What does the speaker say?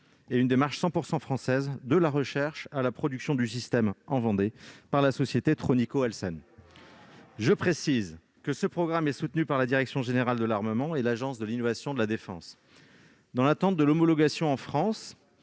; une démarche 100 % française, de la recherche à la production du système, en Vendée, par la société Tronico-Alcen. Je précise que ce programme est soutenu par la direction générale de l'armement et l'Agence de l'innovation de défense. Dans l'attente de l'homologation en France,